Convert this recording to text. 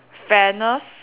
fairness